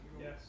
Yes